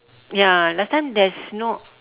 ya last time there's no